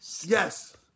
Yes